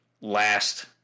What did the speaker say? last –